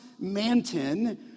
Manton